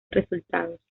resultados